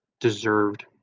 deserved